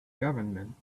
government